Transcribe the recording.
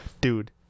Dude